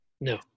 no